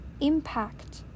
impact